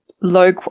low